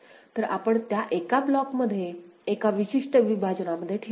तर आपण त्या एका ब्लॉकमध्ये एका विशिष्ट विभाजनामध्ये ठेवू